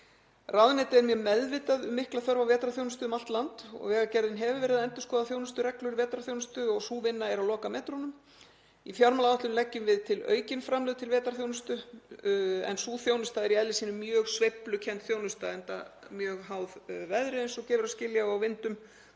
Ráðuneytið er mjög meðvitað um mikla þörf á vetrarþjónustu um allt land. Vegagerðin hefur verið að endurskoða þjónustureglur um vetrarþjónustu og sú vinna er á lokametrunum. Í fjármálaáætlun leggjum við til aukin framlög til vetrarþjónustu en sú þjónusta er í eðli sínu mjög sveiflukennd enda mjög háð veðri og vindum